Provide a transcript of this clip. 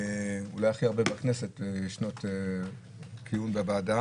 אולי הכי הרבה בכנסת שנות כהונה בוועדה